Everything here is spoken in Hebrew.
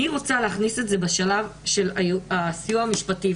אני רוצה להכניס את זה בשלב של הסיוע המשפטי.